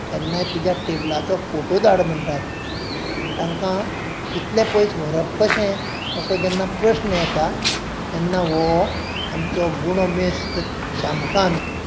केन्नाय म्हज्या टेबलाचो फोटो धाड म्हणटात पूण तांकां इतले पयस व्हरप कशें असो जेन्ना प्रस्न येता तेन्ना हो आमचो गुणो मेस्त शामकांत